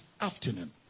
afternoon